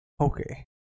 Okay